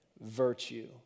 virtue